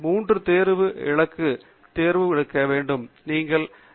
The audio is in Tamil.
மூன்று தேர்வு இலக்கு தேர்ந்தெடுக்க வேண்டும் நீங்கள் இந்த 12 பொருட்களை எடுக்க வேண்டும்